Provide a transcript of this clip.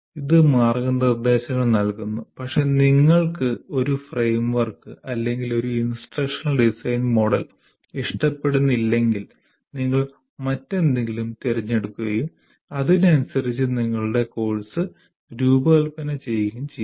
ഇത് മാർഗ്ഗനിർദ്ദേശങ്ങൾ നൽകുന്നു പക്ഷേ നിങ്ങൾക്ക് ഒരു ഫ്രെയിംവർക്ക് അല്ലെങ്കിൽ ഒരു ഇൻസ്ട്രക്ഷണൽ ഡിസൈൻ മോഡൽ ഇഷ്ടപ്പെടുന്നില്ലെങ്കിൽ നിങ്ങൾ മറ്റെന്തെങ്കിലും തിരഞ്ഞെടുക്കുകയും അതിനനുസരിച്ച് നിങ്ങളുടെ കോഴ്സ് രൂപകൽപ്പന ചെയ്യുകയും ചെയ്യാം